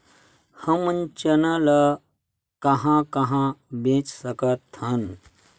हमन चना ल कहां कहा बेच सकथन?